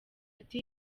ati